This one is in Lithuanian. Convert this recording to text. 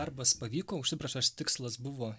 darbas pavyko užsibrėžtas tikslas buvo